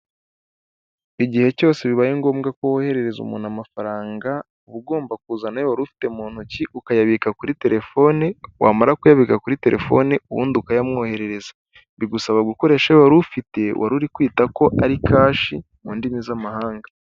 Igihe cyose bibaye ngombwa ko woherereza umuntu amafaranga uba ugomba kuzana ayo wari ufite mu ntoki ukayabika kuri telefone, wamara kuyabika kuri telefone ubundi ukayamwoherereza. Bigusaba gukoresha ayo wari ufite wari uri kwita ko ari kashi mu ndimi z'amahanga.